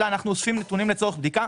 אלא אנחנו אוספים נתונים לצורך בדיקה.